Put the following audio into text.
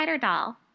Doll